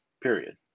period